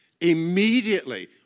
Immediately